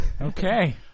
Okay